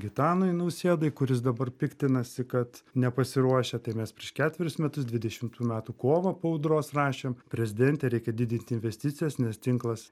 gitanui nausėdai kuris dabar piktinasi kad nepasiruošę tai mes prieš ketverius metus dvidešimtų metų kovą po audros rašėm prezidente reikia didint investicijas nes tinklas